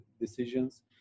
decisions